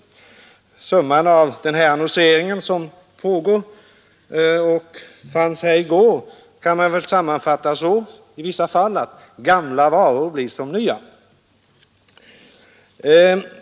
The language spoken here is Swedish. Summan av den annonsering som pågick här i går kan man väl i vissa fall sammanfatta som så: Gamla varor blir som nya.